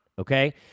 okay